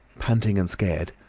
panting and scared,